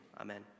Amen